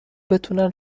بتونن